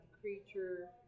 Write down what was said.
creature